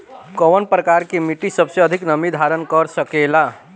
कौन प्रकार की मिट्टी सबसे अधिक नमी धारण कर सकेला?